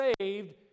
saved